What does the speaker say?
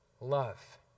Love